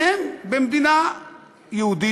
והם במדינה יהודית,